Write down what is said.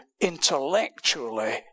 intellectually